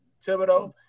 Thibodeau